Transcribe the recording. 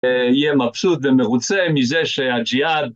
יהיה מבסוט ומרוצה מזה שהג'יהאד